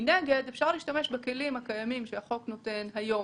אפשר להשתמש בכלים הקיימים שהחוק נותן היום